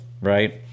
right